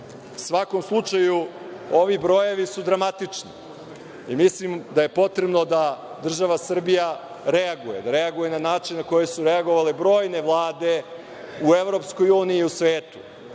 svakom slučaju, ovi brojevi su dramatični. Mislim da je potrebno da država Srbija reaguje, da reaguje na način na koji su reagovale brojne vlade u EU i u svetu,